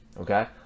Okay